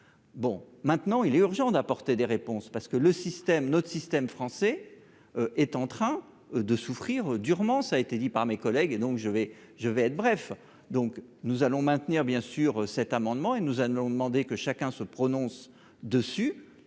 bon maintenant, il est urgent d'apporter des réponses, parce que le système notre système français est en train de souffrir durement, ça a été dit par mes collègues et donc je vais, je vais être bref, donc nous allons maintenir bien sûr cet amendement et nous allons demander que chacun se prononce dessus